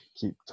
keep